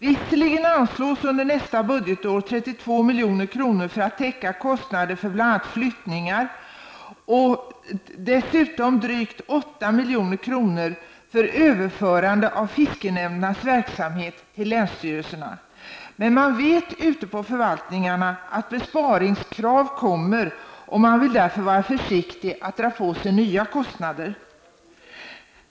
Visserligen anslås under nästa budgetår 32 milj.kr. för att täcka kostnader för bl.a. flyttningar och dessutom drygt 8 milj.kr. för överförande av fiskenämndernas verksamhet till länsstyrelserna. Men man vet på förvaltningarna att besparingskrav kommer, och man vill därför vara försiktig med att dra på sig nya kostnader.